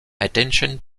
attention